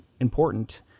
important